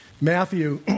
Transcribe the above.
Matthew